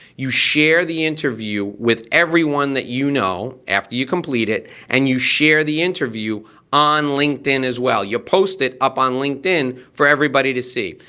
you share the interview with everyone that you know after you complete it, and you share the interview on linkedin as well. you post it up on linkedin for everybody to see.